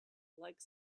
like